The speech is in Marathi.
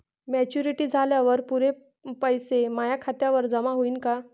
मॅच्युरिटी झाल्यावर पुरे पैसे माया खात्यावर जमा होईन का?